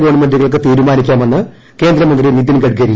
ഗവൺമെൻ്റുകൾക്ക് തീരുമാനിക്കാട്ട്മ്ന്ന് കേന്ദ്ര മന്ത്രി നിതിൻ ഗഡ്കരി